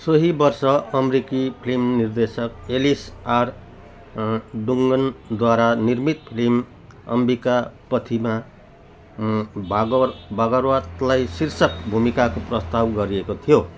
सोही वर्ष अमरिकी फिल्म निर्देशक एलिस आर डुङ्गनद्वारा निर्मित फिल्म अम्बिकापथीमा भागवर भागरवतलाई शीर्षक भूमिकाको प्रस्ताव गरिएको थियो